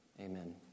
Amen